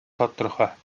тодорхой